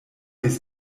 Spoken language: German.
dies